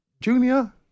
Junior